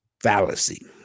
fallacy